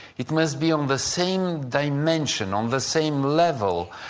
it must be on the same dimension, on the same level,